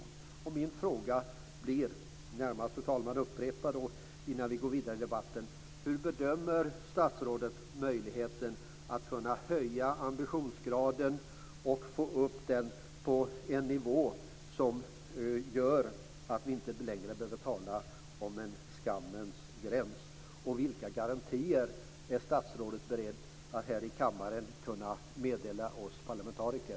Jag upprepar min fråga, fru talman, innan vi går vidare i debatten: Hur bedömer statsrådet möjligheten att höja ambitionsgraden och få upp den på en nivå som gör att vi inte längre behöver tala om en skammens gräns? Och vilka garantier är statsrådet beredd att här i kammaren meddela oss parlamentariker?